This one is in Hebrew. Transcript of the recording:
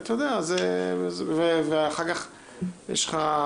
ואחר כך יש לך